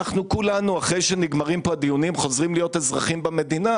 אחרי שנגמרים פה הדיונים אנחנו חוזרים להיות אזרחים במדינה.